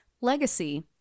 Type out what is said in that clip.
Legacy